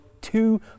two